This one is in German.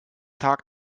tag